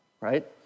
Right